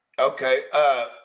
Okay